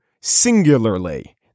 singularly